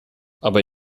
aber